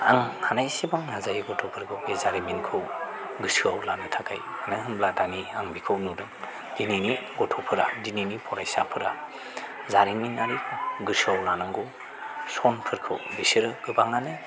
आं हानायसेबां नाजायो गथ'फोरखौ बे जारिमिनखौ गोसोआव लानो थाखाय मानो होनब्ला दानि आं बेखौ नुदों दिनैनि गथ'फोरा दिनैनि फरायसाफोरा जारिमिनारि गोसोआव लानांगौ समफोरखौ बिसोरो गोबाङानो